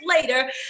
later